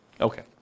Okay